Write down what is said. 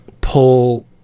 pull